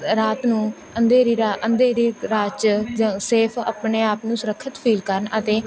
ਅ ਰਾਤ ਨੂੰ ਅੰਧੇਰੀ ਰਾ ਅੰਧੇਰੀ ਰਾਤ 'ਚ ਸੇਫ ਆਪਣੇ ਆਪ ਨੂੰ ਸੁਰੱਖਿਅਤ ਫੀਲ ਕਰਨ ਅਤੇ